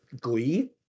glee